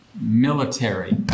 military